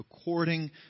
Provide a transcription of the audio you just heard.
according